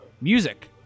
music